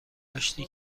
آشتی